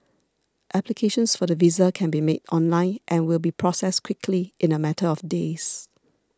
applications for the visa can be made online and will be processed quickly in a matter of days